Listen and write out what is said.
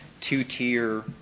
two-tier